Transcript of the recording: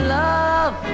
love